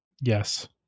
Yes